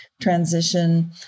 transition